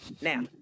Now